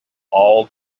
all